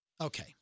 Okay